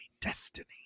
destiny